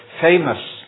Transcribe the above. famous